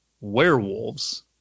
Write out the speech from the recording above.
Werewolves